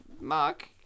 Mark